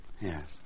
Yes